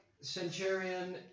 Centurion